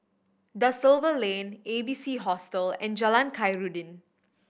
Da Silva Lane A B C Hostel and Jalan Khairuddin